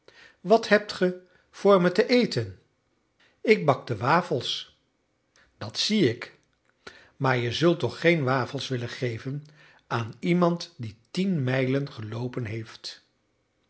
wat hebt ge voor me te eten ik bakte wafels dat zie ik maar je zult toch geen wafels willen geven aan iemand die tien mijlen geloopen heeft